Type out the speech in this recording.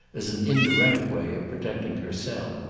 as an indirect way of protecting herself.